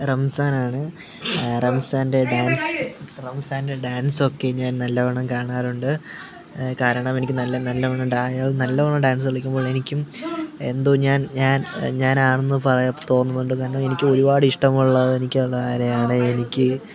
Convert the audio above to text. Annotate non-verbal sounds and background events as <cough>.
റംസാനാണ് റംസാന്റെ ഡാന്സ് റംസാന്റെ ഡാന്സൊക്കെ ഞാന് നല്ലവണ്ണം കാണാറുണ്ട് കാരണം എനിക്ക് നല്ല നല്ലവണ്ണം നല്ലവണ്ണം ഡാന്സ് കളിക്കുമ്പം എനിക്കും എന്തോ ഞാന് ഞാന് ഞാനാണെന്ന് പറയാന് തോന്നുന്നുണ്ട് കാരണം എനിക്ക് ഒരുപാട് ഇഷ്ടമുള്ള <unintelligible> എനിക്ക്